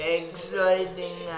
exciting